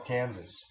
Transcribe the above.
Kansas